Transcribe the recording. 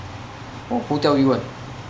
oh who tell you [one]